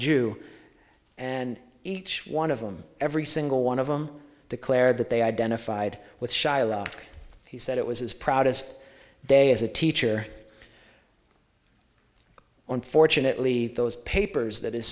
jew and each one of them every single one of them declared that they identified with shylock he said it was his proudest day as a teacher unfortunately those papers that his